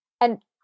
and-